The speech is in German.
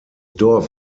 dorf